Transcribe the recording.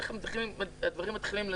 איך הדברים מתחילים לזוז.